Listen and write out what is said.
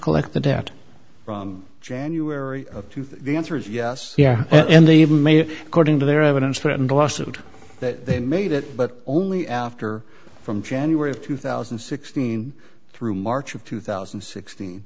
collect the debt from january of two the answer is yes yeah and they even made according to their evidence threatened lawsuit that they made it but only after from january of two thousand and sixteen through march of two thousand and sixteen